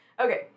Okay